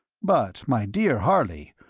but, my dear harley,